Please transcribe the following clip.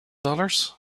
dollars